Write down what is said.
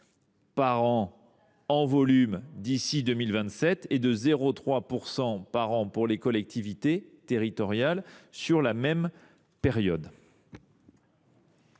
par an en volume d’ici à 2027, contre 0,3 % par an pour les collectivités territoriales sur la même période.